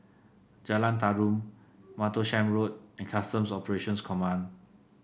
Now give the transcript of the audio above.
Jalan Tarum Martlesham Road and Customs Operations Command